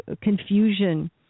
confusion